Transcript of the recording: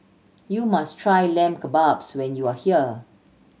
you must try Lamb Kebabs when you are here